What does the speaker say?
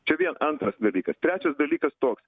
čia vien antras dalykas trečias dalykas toks